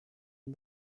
and